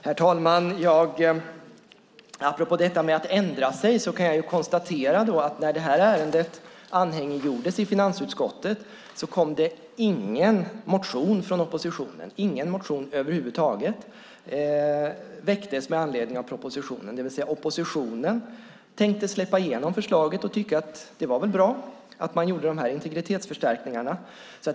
Herr talman! Apropå att ändra sig kan jag konstatera att det när detta ärende anhängiggjordes i finansutskottet inte kom någon motion från oppositionen. Ingen motion över huvud taget väcktes med anledning av propositionen. Oppositionen tänkte alltså släppa igenom förslaget och tyckte att det väl var bra att man gjorde dessa integritetsförstärkningar.